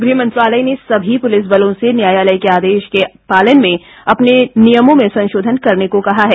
गृहमंत्रालय ने सभी पुलिस बलों से न्यायालय के आदेश के पालन में अपने नियमों में संशोधन करने को कहा है